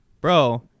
bro